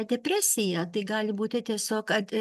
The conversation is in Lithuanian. depresija tai gali būti tiesiog kad